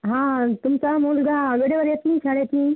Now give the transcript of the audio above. हा तुमचा मुलगा वेळेवर येत नाही शाळेतनी